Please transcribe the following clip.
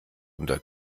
unter